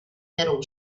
metal